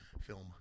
film